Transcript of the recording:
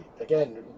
again